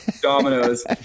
dominoes